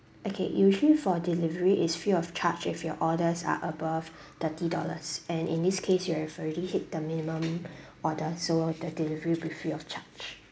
okay usually for delivery it's free of charge if your orders are above thirty dollars and in this case you have already hit the minimum order so the delivery will be free of charge